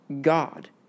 God